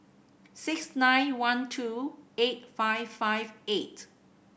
six nine one two eight five five eight